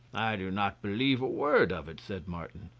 i do not believe a word of it, said martin,